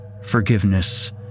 Forgiveness